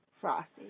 Frosty